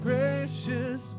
precious